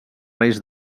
reis